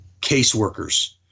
caseworkers